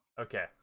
Okay